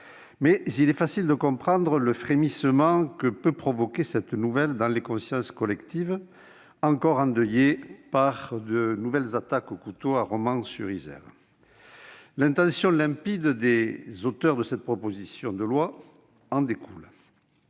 il est facile de comprendre le frémissement que peut provoquer cette nouvelle dans la conscience collective encore endeuillée par de nouvelles attaques au couteau à Romans-sur-Isère. L'intention limpide des auteurs de cette proposition de loi en découle.